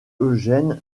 eugen